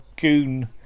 goon